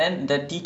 oh